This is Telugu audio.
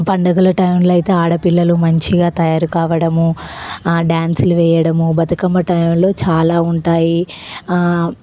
పండుగల టైములో అయితే ఆడపిల్లలు మంచిగా తయారు కావడము డ్యాన్సులు వేయడము బతుకమ్మ టైములో చాలా ఉంటాయి